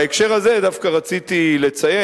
בהקשר הזה דווקא רציתי לציין,